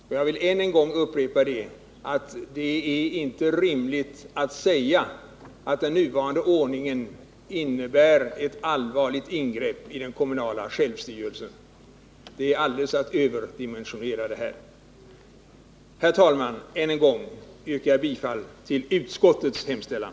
Än en gång vill jag upprepa att det inte är rimligt att säga att den innebär ett allvarligt ingrepp i den kommunala självstyrelsen. Gör man det, överdimensionerar man denna fråga. Herr talman! Än en gång vill jag yrka bifall till utskottets hemställan.